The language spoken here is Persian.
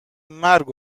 مرگ